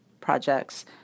projects